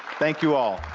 thank you all.